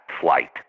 flight